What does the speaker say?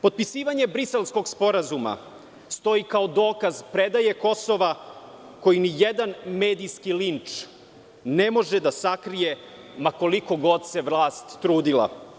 Potpisivanje Briselskog sporazuma stoji kao dokaz predaje Kosova koji nijedan medijski linč ne može da sakrije, ma koliko god se vlast trudila.